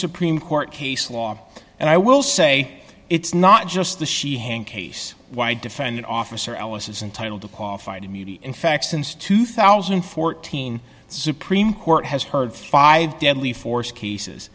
supreme court case law and i will say it's not just the she hanged case why defendant officer ellis is entitle to qualified immunity in fact since two thousand and fourteen supreme court has heard five deadly force cases